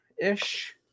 ish